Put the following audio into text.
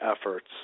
efforts